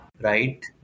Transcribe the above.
right